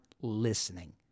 listening